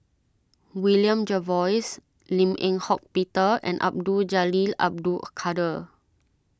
William Jervois Lim Eng Hock Peter and Abdul Jalil Abdul Kadir